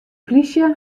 plysje